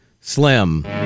Slim